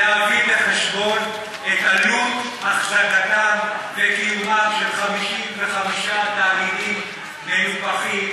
להביא בחשבון את עלות החזקתם וקיומם של 55 תאגידים מנופחים,